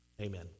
Amen